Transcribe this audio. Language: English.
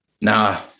Nah